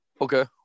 Okay